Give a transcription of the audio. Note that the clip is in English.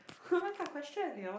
what kind of question